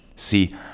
See